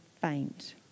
faint